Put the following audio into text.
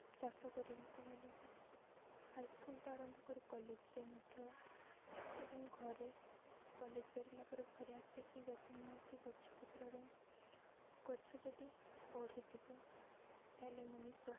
ଚାଷ କରିବାକୁ ଭଲ ପାଏ ହାଇସ୍କୁଲ୍ଠୁ ଆରମ୍ଭ କରି କଲେଜ୍ରେ ମଧ୍ୟ ଏବଂ ଘରେ କଲେଜ୍ ସରିଲା ପରେ ଘରେ ଆସିକି ଯତ୍ନ ନେଉଛି ଗଛ ପତ୍ରର ଗଛ ଯଦି ବଢ଼ିଥିବ ତା'ହେଲେ ମଣିଷ